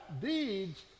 deeds